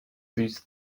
these